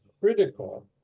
critical